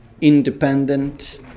independent